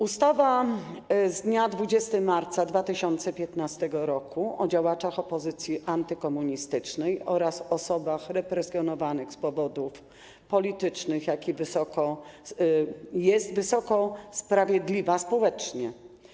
Ustawa z dnia 20 marca 2015 r. o działaczach opozycji antykomunistycznej oraz osobach represjonowanych z powodów politycznych jest wysoko sprawiedliwa społecznie.